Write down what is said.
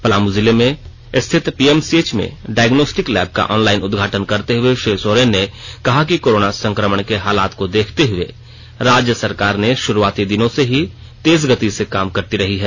पलामू जिले में स्थित पीएमसीएच में डायग्नोस्टिक लैब का ऑनलाईन उदघाटन करते हुए श्री सोरेन ने कहा कि कोरोना संकमण के हालात को देखते हुए राज्य सरकार ने शुरूआती दिनों से ही तेज गति से काम करती रही है